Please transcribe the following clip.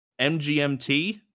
MGMT